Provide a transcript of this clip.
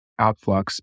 outflux